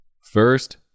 First